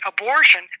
abortion